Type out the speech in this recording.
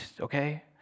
okay